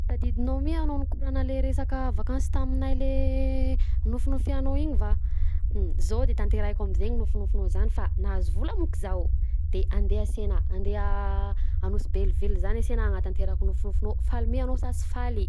Tadidinao mi anao nikorana le resaka vakansy taminah le nofinofianao iny va? Zao de tanterahiko am'zegny nofinofinao zany fa nahazo vola manko zaho de andeha ansena andeha Anosibe hell ville zany ansena hanatanteraka nofinofinao faly me anao sa sy faly?